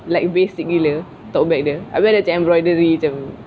like basic gila tote bag dia abeh ada macam embroidery macam